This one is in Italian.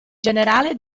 generale